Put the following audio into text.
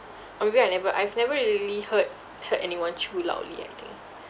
orh maybe I never I've never really heard heard anyone chew loudly eh I think